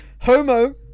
Homo